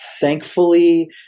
Thankfully